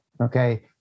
Okay